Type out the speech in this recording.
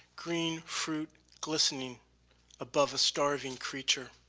green fruit glistening above a starving creature.